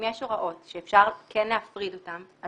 אם יש הוראות שאפשר כן להפריד אותן,